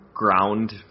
ground